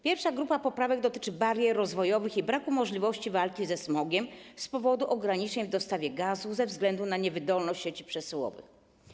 Pierwsza grupa poprawek dotyczy barier rozwojowych i braku możliwości walki ze smogiem z powodu ograniczeń w dostawie gazu ze względu na niewydolność sieci przesyłowych.